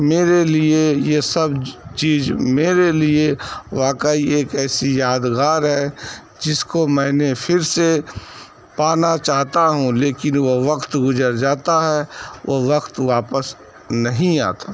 میرے لیے یہ سب چیز میرے لیے واقعی ایک ایسی یادگار ہے جس کو میں نے پھر سے پانا چاہتا ہوں لیکن وہ وقت گزر جاتا ہے وہ وقت واپس نہیں آتا